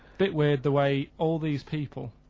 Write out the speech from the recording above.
bit weird the way, all these people,